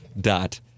dot